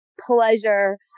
pleasure